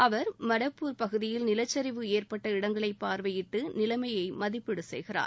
அவர் மிசுப்பூர் பகுதியில் நிலச்சரிவு ஏற்பட்ட இடங்களை பார்வையிட்டு நிலைமையை மதிப்பீடு செய்கிறார்